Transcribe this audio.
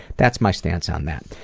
that's my stance on that.